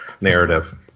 narrative